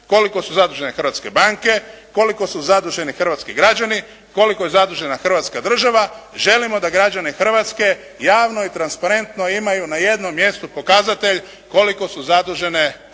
koliko su zadužene hrvatske banke, koliko su zaduženi hrvatski građani, koliko je zadužena Hrvatska država, želimo da građane Hrvatske javno i transparentno imaju na jednom mjestu pokazatelj koliko su zadužene i